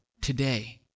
today